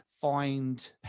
find